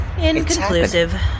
Inconclusive